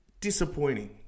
disappointing